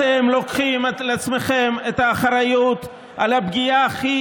אתם לוקחים על עצמכם את האחריות על הפגיעה הכי